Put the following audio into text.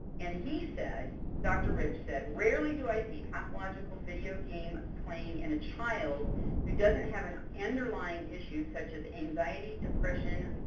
and he said, dr. rich said, rarely do i see pathological video game playing in a child who doesn't have an underlying issue, such as anxiety, depression,